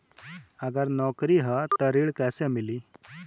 अगर नौकरी ह त ऋण कैसे मिली?